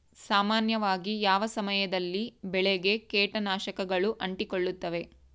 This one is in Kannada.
ಸಾಮಾನ್ಯವಾಗಿ ಯಾವ ಸಮಯದಲ್ಲಿ ಬೆಳೆಗೆ ಕೇಟನಾಶಕಗಳು ಅಂಟಿಕೊಳ್ಳುತ್ತವೆ?